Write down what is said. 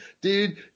Dude